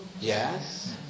Yes